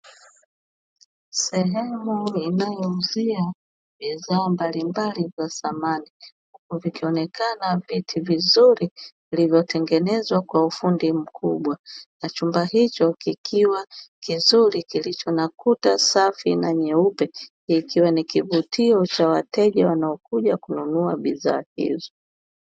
Sehemu inayozuia bidhaa mbalimbali za samani vikionekana vitu vizuri vilivyotengeneza kwa ufundi mkubwa, na chumba hicho kikiwa kizuri kilicho na kuta safi na nyeupe, ikiwa ni kivutio cha wateja wanaokuja kununua bidhaa hizo.